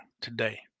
today